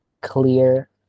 clear